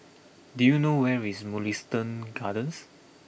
do you know where is Mugliston Gardens